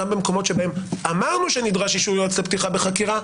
גם במקומות שבהם אמרנו שנדרש אישור יועץ לפתיחה בחקירה,